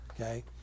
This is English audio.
okay